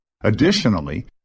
Additionally